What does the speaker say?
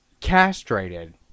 castrated